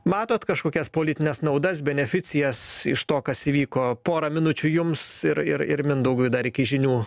matot kažkokias politines naudas beneficijas iš to kas įvyko porą minučių jums ir ir ir mindaugui dar iki žinių